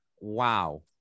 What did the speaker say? wow